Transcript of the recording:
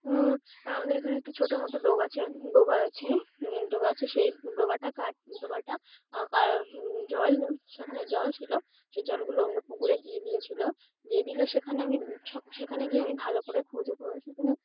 আমাদের এখানে একটি ছোটো মতো ডোবা আছে ডোবা আছে ডোবা আছে সেই ডোবাটা কাট ডোবাটা জল সেখানে জল ছিলো সেই জলগুলো অন্য পুকুরে দিয়ে দিয়েছিলো দিয়ে দিলে সেখানে আমি সেখানে গিয়ে আমি ভালো করে খুঁজে সেখানে